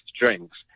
drinks